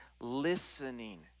listening